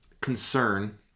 concern